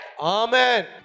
Amen